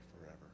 forever